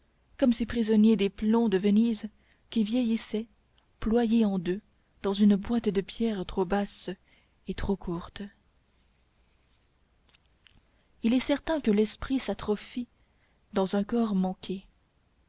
comme ces prisonniers des plombs de venise qui vieillissaient ployés en deux dans une boîte de pierre trop basse et trop courte il est certain que l'esprit s'atrophie dans un corps manqué